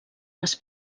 les